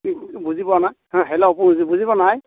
কি বুজি পোৱা নাই হেল্ল' বুজি পোৱা নাই